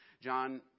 John